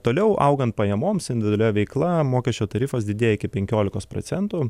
toliau augant pajamoms individualia veikla mokesčio tarifas didėja iki penkiolikos procentų